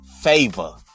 favor